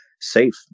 safe